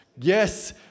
Yes